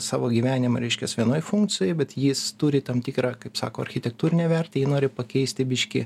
savo gyvenimą reiškias vienoj funkcijoj bet jis turi tam tikrą kaip sako architektūrinę vertę jį nori pakeisti biškį